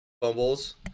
fumbles